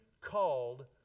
called